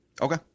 Okay